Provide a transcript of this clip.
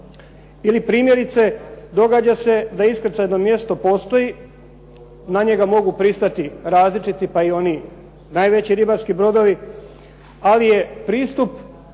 Ili primjerice, događa se da iskrcajno mjesto postoji, na njega mogu pristati različiti, pa i oni najveći ribarski brodovi, ali je pristup